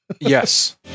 Yes